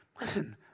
listen